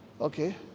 Okay